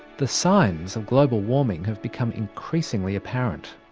the signs of global warming have become increasingly apparent.